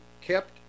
kept